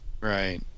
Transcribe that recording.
Right